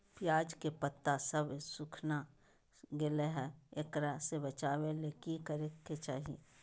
प्याज के पत्ता सब सुखना गेलै हैं, एकरा से बचाबे ले की करेके चाही?